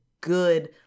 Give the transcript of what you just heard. good